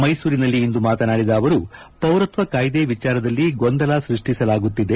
ಮೈಸೂರಿನಲ್ಲಿ ಇಂದು ಮಾತನಾಡಿದ ಅವರು ಪೌರತ್ವ ಕಾಯ್ದೆ ವಿಚಾರದಲ್ಲಿ ಗೊಂದಲ ಸೃಷ್ಷಿಸಲಾಗುತ್ತಿದೆ